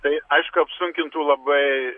tai aišku apsunkintų labai